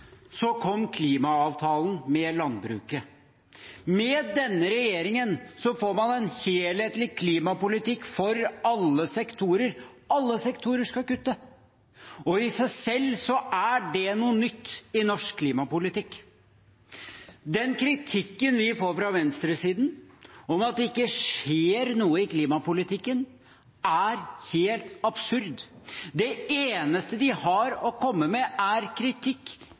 kom klimaavtalen med landbruket. Med denne regjeringen får man en helhetlig klimapolitikk for alle sektorer. Alle sektorer skal kutte, og i seg selv er det noe nytt i norsk klimapolitikk. Kritikken vi får fra venstresiden om at det ikke skjer noe i klimapolitikken, er helt absurd. Det eneste de har å komme med, er kritikk